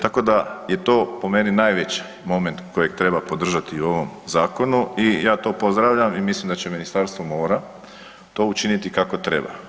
Tako da je to po meni najveći moment kojeg treba podržati u ovom zakonu i ja to pozdravljam i mislim da će Ministarstvo mora to učiniti kako treba.